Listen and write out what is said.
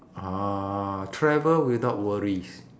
uh travel without worries